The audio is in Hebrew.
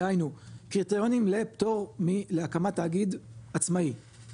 דהיינו קריטריונים לפטור מהקמת תאגיד עצמאי,